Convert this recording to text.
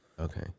Okay